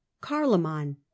carloman